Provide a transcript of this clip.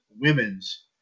women's